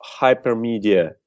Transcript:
hypermedia